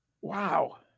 Wow